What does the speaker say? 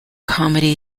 comedy